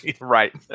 Right